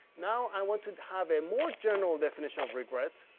now, i want to have a more general definition of regret,